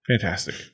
Fantastic